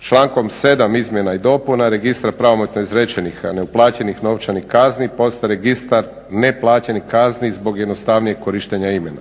Člankom 7. izmjena i dopuna Registra pravomoćno izrečenih a neplaćenih novčanih kazni postaje Registar neplaćenih kazni zbog jednostavnijeg korištenja imena.